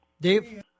Dave